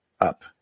up